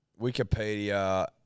Wikipedia